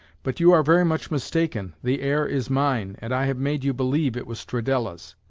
but you are very much mistaken, the air is mine, and i have made you believe it was stradella's.